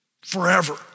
forever